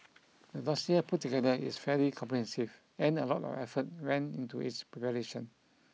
the dossier put together is fairly comprehensive and a lot of effort went into its preparation